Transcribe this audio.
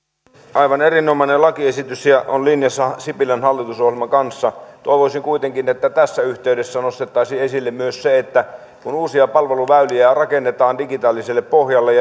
aivan erinomainen lakiesitys ja on linjassa sipilän hallitusohjelman kanssa toivoisin kuitenkin että tässä yhteydessä nostettaisiin esille myös se että kun uusia palveluväyliä rakennetaan digitaaliselle pohjalle